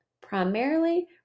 primarily